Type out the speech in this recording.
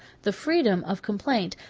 the freedom of complaint,